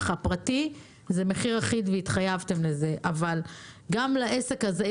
הפרטי זה מחיר אחיד והתחייבתם לזה אבל גם לעסק הזה,